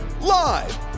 Live